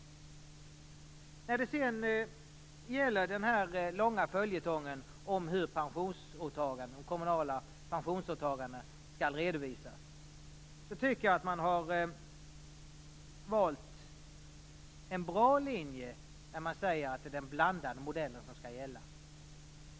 När det sedan gäller den långa följetongen om hur de kommunala pensionsåtagandena skall redovisas tycker jag att man valt en bra linje när man säger att det är den blandade modellen som skall gälla.